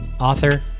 author